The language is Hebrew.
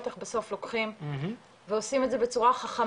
איך בסוף לוקחים ועושים את זה בצורה חכמה.